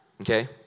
okay